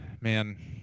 man